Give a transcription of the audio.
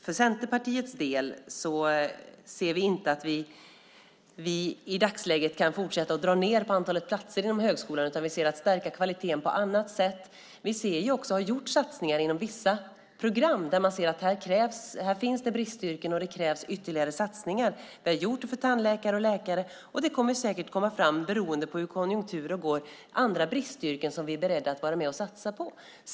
För Centerpartiets del ser vi inte att vi i dagsläget kan fortsätta att dra ned på antalet platser inom högskolan utan vi vill stärka kvaliteten på annat sätt. Vi har gjort satsningar inom vissa program där vi ser att det finns bristyrken och krävs ytterligare satsningar. Vi har gjort det för tandläkare och läkare. Det kommer säkert, beroende på konjunkturerna, att finnas andra bristyrken som vi är beredda att satsa på.